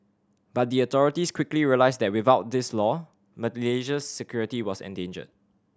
but the authorities quickly realised that without this law Malaysia's security was endangered